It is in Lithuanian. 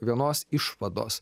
vienos išvados